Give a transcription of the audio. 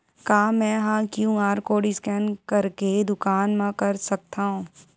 का मैं ह क्यू.आर कोड स्कैन करके दुकान मा कर सकथव?